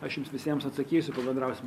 aš jums visiems atsakysiu pabendrausim